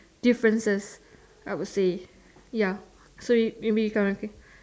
differences I would say ya so you mean you